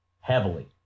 heavily